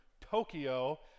Tokyo